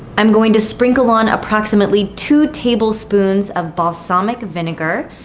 i'm going to sprinkle on approximately two tablespoons of balsamic vinegar,